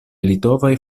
litovaj